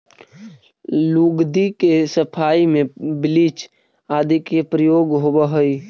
लुगदी के सफाई में ब्लीच आदि के प्रयोग होवऽ हई